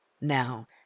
Now